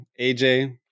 AJ